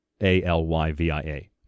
A-L-Y-V-I-A